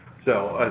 so,